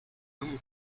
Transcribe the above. jungen